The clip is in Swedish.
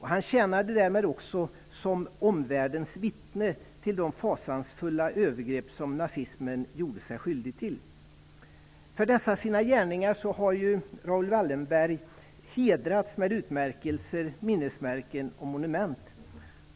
Han tjänade därmed också som omvärldens vittne till de fasansfulla övergrepp som nazismen gjorde sig skyldig till. För dessa sina gärningar har Raoul Wallenberg hedrats med utmärkelser, minnesmärken och monument.